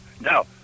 Now